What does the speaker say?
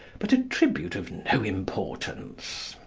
but a tribute of no importance.